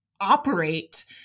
operate